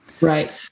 Right